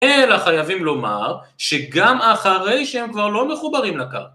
אלא חייבים לומר, שגם אחרי שהם כבר לא מחוברים לקרקע